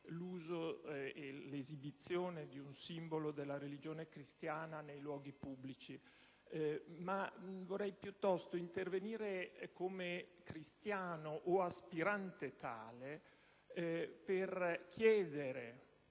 l'uso e l'esibizione di un simbolo della religione cristiana nei luoghi pubblici. Desidero piuttosto intervenire come cristiano o aspirante tale per chiedere